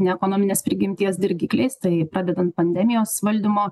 ne ekonominės prigimties dirgikliais tai pradedant pandemijos valdymo